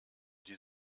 die